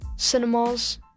cinemas